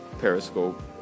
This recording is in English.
Periscope